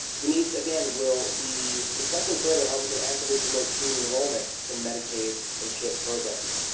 denise again will be discussing further how we can actively promote teen enrollment in medicaid and chip programs.